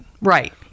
Right